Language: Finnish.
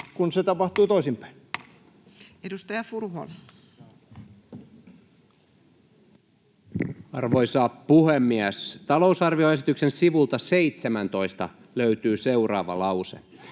kun se tapahtui toisinpäin. Edustaja Furuholm. Arvoisa puhemies! Talousarvioesityksen sivulta 17 löytyy seuraava lause: